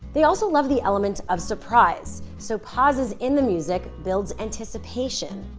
they also love the element of surprise so pauses in the music builds anticipation.